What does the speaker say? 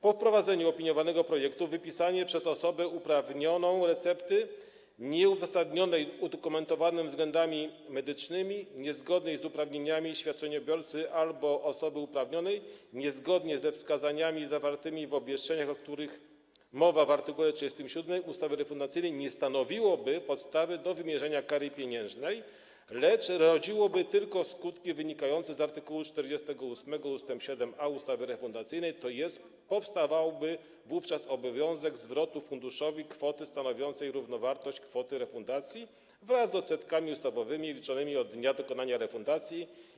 Po wprowadzeniu opiniowanego projektu wypisanie przez osobę uprawnioną recepty nieuzasadnionej udokumentowanymi względami medycznymi, niezgodnej z uprawnieniami świadczeniobiorcy albo osoby uprawnionej, niezgodnie ze wskazaniami zawartymi w obwieszczeniach, o których mowa w art. 37 ustawy refundacyjnej, nie stanowiłoby podstawy do wymierzenia kary pieniężnej, lecz rodziłoby tylko skutki wynikające z art. 48 ust. 7a ustawy refundacyjnej, tj. powstawałby wówczas obowiązek zwrotu funduszowi kwoty stanowiącej równowartość kwoty refundacji wraz z odsetkami ustawowymi liczonymi od dnia dokonania refundacji.